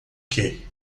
que